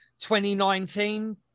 2019